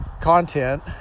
content